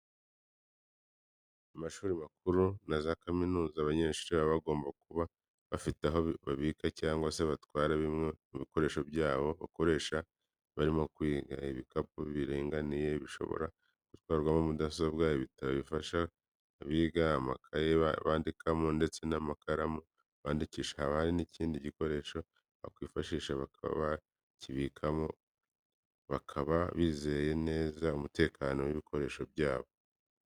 Mu mashuri makuru za kaminuza, abanyeshuri baba bagomba kuba bafite aho babika cyangwa se batwara bimwe mu bikoresho byabo bakoresha barimo kwiga. Ibikapu biringaniye bashobora gutwaramo mudasobwa, ibitabo bifashisha biga, amakaye bandikamo ndetse n'amakaramu bandikisha, haba hari n'ikindi gikoresho bakwifashisha bakaba bakibikamo bakaba bizeye neza umutekano w'ibikoresho byabo.